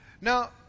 Now